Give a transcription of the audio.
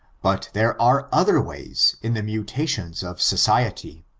but there are other ways in the mutations of society,